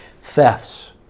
thefts